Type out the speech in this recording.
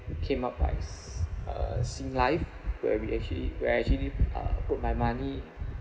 came up like s~ uh singlife where we actually we are actually uh put my money